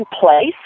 place